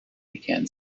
began